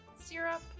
syrup